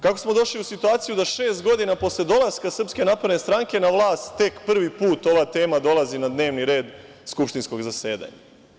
Kako smo došli u situaciju da šest godina posle dolaska SNS na vlast, tek prvi put ova tema dolazi na dnevni red skupštinskog zasedanja?